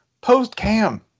post-cam